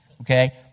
okay